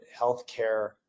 healthcare